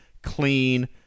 clean